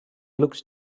looks